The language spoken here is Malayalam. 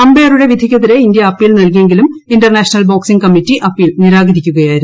അമ്പയറുടെ വിധിക്കെതിരെ ഇന്ത്യ അപ്പീൽ നൽകിയെങ്കിലും ഇന്റർനാഷണൽ ബോക്സിംഗ് കമ്മറ്റി അപ്പീൽ നിരാകരിക്കുകയായിരുന്നു